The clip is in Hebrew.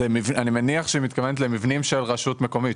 אני מניח שהיא מתכוונת למבנים של רשות מקומית,